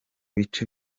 bice